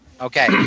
Okay